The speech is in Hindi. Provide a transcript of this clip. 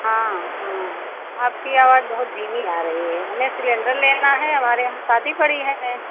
हाँ हाँ आपकी आवाज़ बहुत धीमी आ रही है हमें सिलेण्डर लेना है हमारे यहाँ शादी पड़ी है